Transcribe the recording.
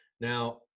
Now